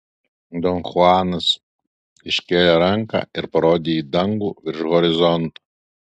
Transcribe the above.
don chuanas iškėlė ranką ir parodė į dangų virš horizonto